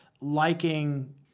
liking